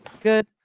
Good